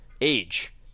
Age